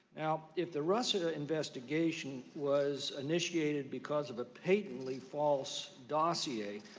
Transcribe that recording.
now if the rush and investigation was initiated because of a patently false dossier,